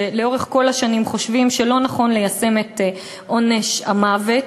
ולאורך כל השנים חושבים שלא נכון ליישם את עונש המוות,